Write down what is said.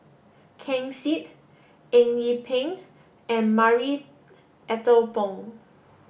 Ken Seet Eng Yee Peng and Marie Ethel Bong